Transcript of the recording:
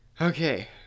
Okay